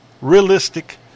realistic